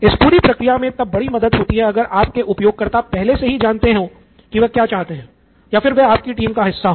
इस पूरी प्रक्रिया मे तब बड़ी मदद होती है अगर आपके उपयोगकर्ता पहले से ही जानते हो की वह क्या चाहते है या फिर वे आपकी टीम का हिस्सा हो